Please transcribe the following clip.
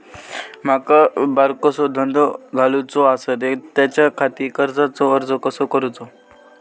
माका बारकोसो धंदो घालुचो आसा त्याच्याखाती कर्जाचो अर्ज कसो करूचो?